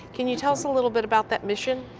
can you tell us a little but about that mission?